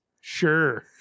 Sure